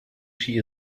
she